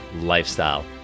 lifestyle